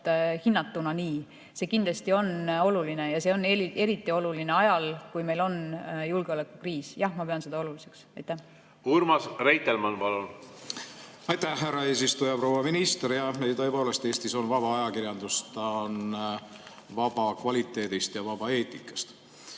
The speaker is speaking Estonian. hinnatuna, kindlasti on oluline. Ja see on eriti oluline ajal, kui meil on julgeolekukriis. Jah, ma pean seda oluliseks. Urmas Reitelmann, palun! Aitäh, härra eesistuja! Proua minister! Tõepoolest, Eestis on vaba ajakirjandus, ta on vaba kvaliteedist ja vaba eetikast.